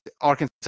Arkansas